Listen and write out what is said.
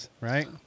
right